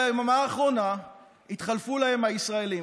ביממה האחרונה התחלפו להם הישראלים,